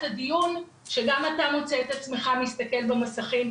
הדיון על כך שגם אתה מוצא את עצמך מסתכל המון במסכים.